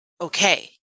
Okay